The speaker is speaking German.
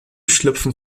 schlüpfen